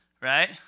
right